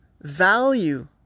value